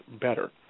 better